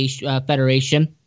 Federation